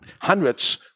hundreds